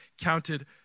counted